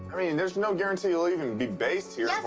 i mean there's no guarantee you'll even be based here.